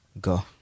go